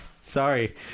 Sorry